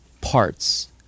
parts